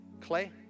clay